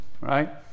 right